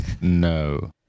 no